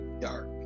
dark